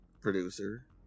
producer